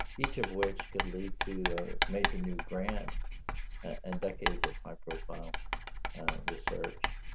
each of which could lead to a major new grant and decades of high profile research.